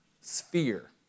sphere